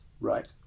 Right